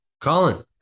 Colin